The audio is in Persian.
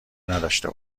نداشته